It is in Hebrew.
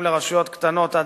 מקדם לרשויות קטנות עד